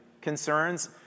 concerns